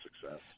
success